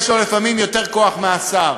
יש לו לפעמים יותר כוח מלשר,